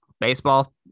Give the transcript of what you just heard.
baseball